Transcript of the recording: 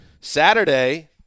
Saturday